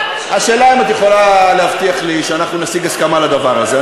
השאלה היא אם את יכולה להבטיח לי שאנחנו נשיג הסכמה על הדבר הזה.